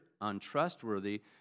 untrustworthy